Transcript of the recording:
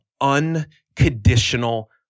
unconditional